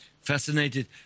fascinated